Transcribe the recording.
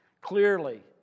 Clearly